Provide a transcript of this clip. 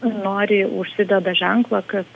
nori užsideda ženklą kad